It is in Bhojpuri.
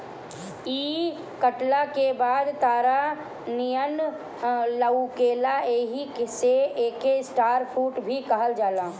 इ कटला के बाद तारा नियन लउकेला एही से एके स्टार फ्रूट भी कहल जाला